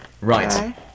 right